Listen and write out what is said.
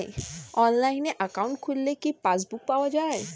অনলাইনে একাউন্ট খুললে কি পাসবুক পাওয়া যায়?